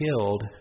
killed